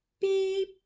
beep